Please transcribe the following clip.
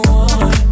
one